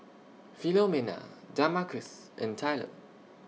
Philomena Damarcus and Tylor